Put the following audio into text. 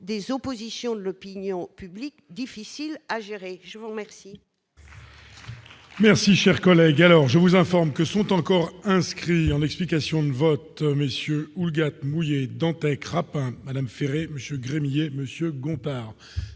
des oppositions de l'opinion publique, difficile à gérer, je vous remercie.